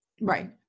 right